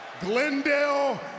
Glendale